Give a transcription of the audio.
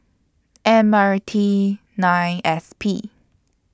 M R T nine S P